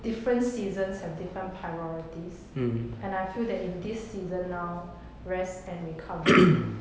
different seasons have different priorities and I feel that in this season now rest and recovery